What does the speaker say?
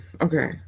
Okay